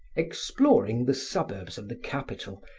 exploring the suburbs of the capital,